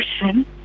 person